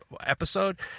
episode